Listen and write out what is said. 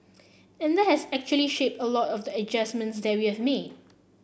and that has actually shaped a lot of the adjustments that we've made